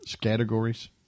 categories